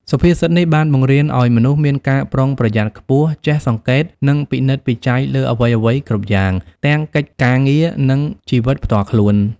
សុភាសិតនេះ បានបង្រៀនឱ្យមនុស្សមានការប្រុងប្រយ័ត្នខ្ពស់ ចេះសង្កេត និងពិនិត្យពិច័យលើអ្វីៗគ្រប់យ៉ាង ទាំងកិច្ចការងារ និងជីវិតផ្ទាល់ខ្លួន។